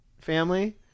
family